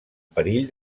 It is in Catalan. perill